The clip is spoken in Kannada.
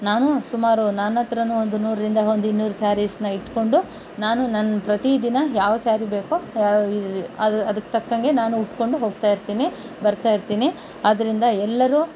ನಾನೂ ಸುಮಾರು ನನ್ನ ಹತ್ರನೂ ಒಂದು ನೂರರಿಂದ ಒಂದು ಇನ್ನೂರು ಸ್ಯಾರೀಸ್ನ ಇಟ್ಟುಕೊಂಡು ನಾನು ನನ್ನ ಪ್ರತಿದಿನ ಯಾವ ಸ್ಯಾರಿ ಬೇಕೋ ಅದು ಅದ್ಕೆ ತಕ್ಕಂತೆ ನಾನು ಉಟ್ಟುಕೊಂಡು ಹೋಗ್ತಾಯಿರ್ತೀನಿ ಬರ್ತಾಯಿರ್ತೀನಿ ಆದ್ದರಿಂದ ಎಲ್ಲರೂ